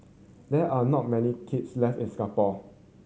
there are not many kilns left in Singapore